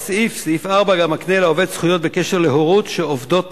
סעיף 4 גם מקנה לעובד זכויות בקשר להורות שעובדות